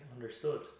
understood